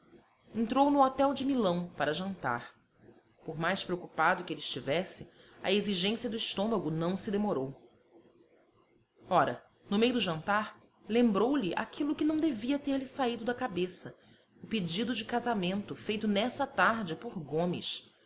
entrou no hotel de milão para jantar por mais preocupado que ele estivesse a exigência do estômago não se demorou ora no meio do jantar lembrou-lhe aquilo que não devia ter-lhe saído da cabeça o pedido de casamento feito nessa tarde por gomes